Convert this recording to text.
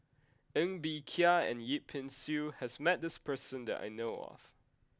Ng Bee Kia and Yip Pin Xiu has met this person that I know of